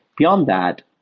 beyond that,